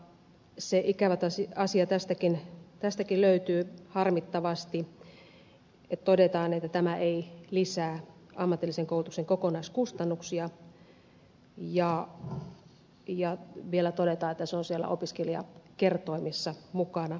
se ikävä asia tästäkin löytyy harmittavasti että todetaan että tämä ei lisää ammatillisen koulutuksen kokonaiskustannuksia ja vielä todetaan että tämä kustannusmäärä on siellä opiskelijakertoimissa mukana